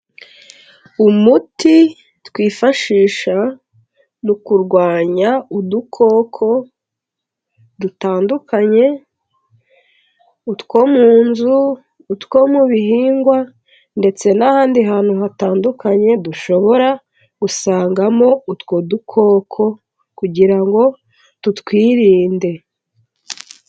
Umuti twifashisha mu kurwanya udukoko dutandukanye utwo mu nzu, utwo mu bihingwa ndetse n'ahandi hantu hatandukanye dushobora gusangamo utwo dukoko kugira ngo tutwirinde.